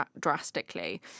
drastically